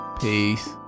Peace